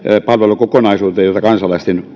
palvelukokonaisuuteen jota kansalaisten